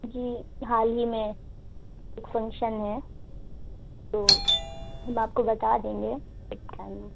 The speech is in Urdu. جی حال ہی میں ایک فنکشن ہے تو ہم آپ کو بتا دیں گے ایک ٹائم